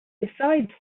besides